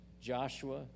Joshua